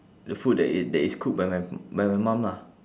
the food that i~ that is cooked by my by my mum lah